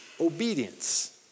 obedience